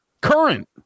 current